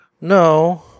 No